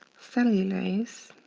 cellulose